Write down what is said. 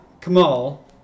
Kamal